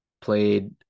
played